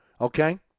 okay